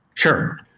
sure.